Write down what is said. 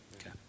Okay